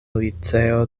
liceo